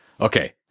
Okay